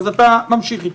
אתה ממשיך.